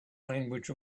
language